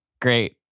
Great